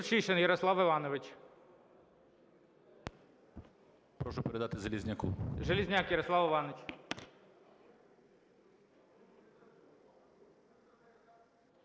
Прошу передати Железняку.